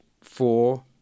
four